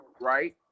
right